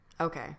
okay